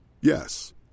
Yes